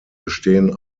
bestehen